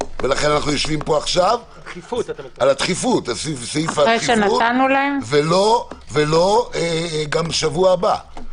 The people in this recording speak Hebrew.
ולכן אנחנו יושבים פה עכשיו על הדחיפות - ולא גם בשבוע הבא,